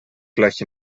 gleich